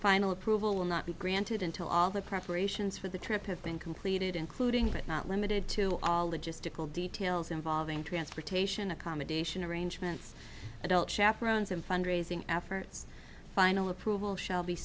final approval will not be granted until all the preparations for the trip have been completed including but not limited to all logistical details involving transportation accommodation arrangements adult chaperones and fundraising efforts final approval sh